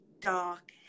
dark